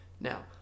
Now